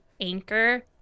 anchor